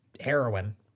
heroin